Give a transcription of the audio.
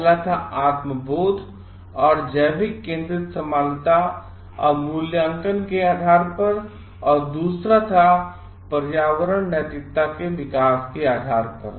पहला था आत्म बोध और जैविकी केंद्रित समानता मूल्यांकन के आधार पर या दूसरा था पर्यावरण नैतिकता के विकास के आधार पर